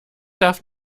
darf